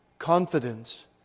confidence